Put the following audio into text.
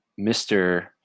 Mr